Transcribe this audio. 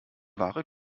ware